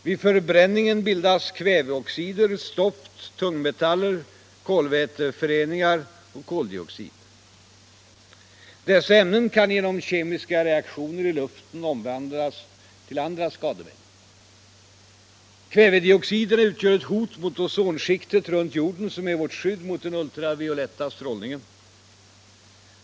Vid förbränningen bildas kväveoxider, stoft, tungmetaller, kolväteföreningar och koldioxid. Dessa ämnen kan genom kemiska reaktioner i luften omvandlas till andra skademedel. Kvävedioxiderna utgör ett hot mot ozonskiktet runt jorden som är vårt skydd mot den ultravioletta strålningen.